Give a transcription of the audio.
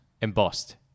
embossed